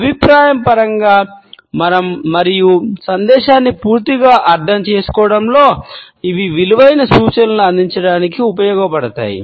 అభిప్రాయం పరంగా మరియు సందేశాన్ని పూర్తిగా అర్థం చేసుకోవడంలో ఇవి విలువైన సూచనలను అందించడానికి ఉపయోగపడతాయి